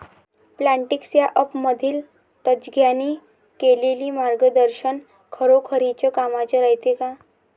Plantix या ॲपमधील तज्ज्ञांनी केलेली मार्गदर्शन खरोखरीच कामाचं रायते का?